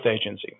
agency